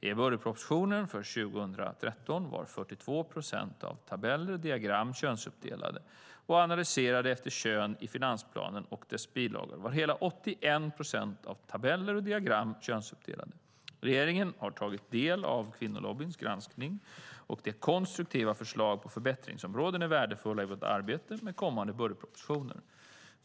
I budgetpropositionen för 2013 var 42 procent av tabeller och diagram könsuppdelade och analyserade efter kön, och i finansplanen och dess bilagor var hela 81 procent av tabeller och diagram könsuppdelade. Regeringen har tagit del av Kvinnolobbyns granskning, och de konstruktiva förslagen på förbättringsområden är värdefulla i vårt arbete med kommande budgetpropositioner.